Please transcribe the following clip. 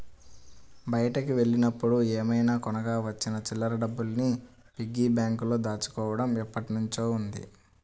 బయటికి వెళ్ళినప్పుడు ఏమైనా కొనగా వచ్చిన చిల్లర డబ్బుల్ని పిగ్గీ బ్యాంకులో దాచుకోడం ఎప్పట్నుంచో ఉంది